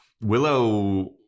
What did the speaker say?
Willow